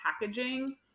packaging